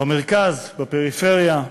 במרכז, בפריפריה,